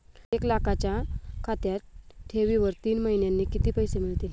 एक लाखाच्या ठेवीवर तीन महिन्यांनी किती पैसे मिळतील?